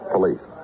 Police